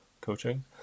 coaching